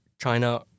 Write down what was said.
China